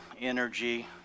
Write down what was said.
energy